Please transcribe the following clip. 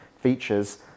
features